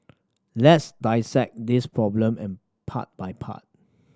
let's dissect this problem and part by part